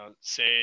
say